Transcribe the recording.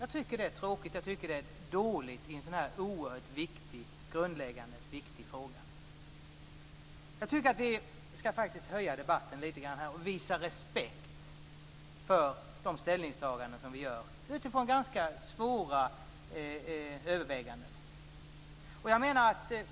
Det är tråkigt och det är dåligt i en så här grundläggande och viktig fråga. Jag tycker faktiskt att vi skall höja nivån på debatten här och visa respekt för de ställningstaganden som vi gör utifrån ganska svåra överväganden.